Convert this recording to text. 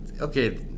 okay